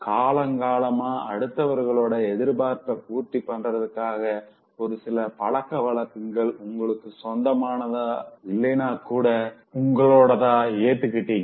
காலங்காலமா அடுத்தவங்களோட எதிர்பார்ப்ப பூர்த்தி பண்றதுக்காக ஒருசில பழக்கவழக்கங்கள் உங்களுக்கு சொந்தமானதா இல்லைனா கூட உங்களோடதா ஏத்துக்கிட்டிங்க